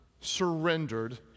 surrendered